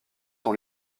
son